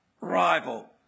rival